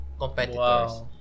competitors